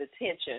attention